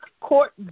court